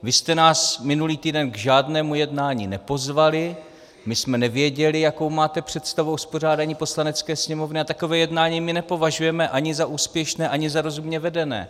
Vy jste nás minulý týden k žádnému jednání nepozvali, my jsme nevěděli, jakou máte představu o uspořádání Poslanecké sněmovny, a takové jednání my nepovažujeme ani za úspěšné, ani za rozumně vedené.